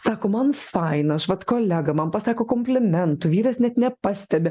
sako man faina aš vat kolega man pasako komplimentų vyras net nepastebi